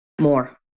more